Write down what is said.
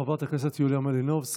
חברת הכנסת יוליה מלינובסקי.